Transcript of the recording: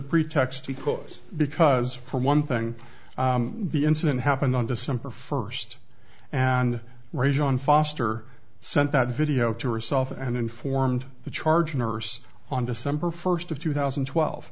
pretext because because for one thing the incident happened on december first and rachel in foster sent that video to a self and informed the charge nurse on december first of two thousand and twelve